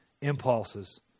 impulses